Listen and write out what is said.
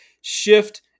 shift